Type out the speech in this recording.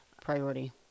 priority